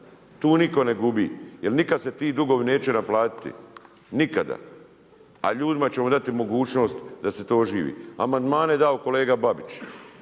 Tu nitko ne gubi, jer nikad se ti dugovi neće naplatiti. Nikada! A ljudima ćemo dati mogućnost da se to oživi. Amandmane je dao kolega Babić.